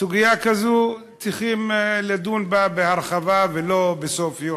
סוגיה כזאת צריכים לדון בה הרבה, ולא בסוף היום.